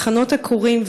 מחנות עקורים,